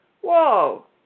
whoa